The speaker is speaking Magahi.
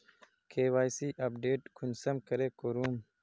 के.वाई.सी अपडेट कुंसम करे करूम?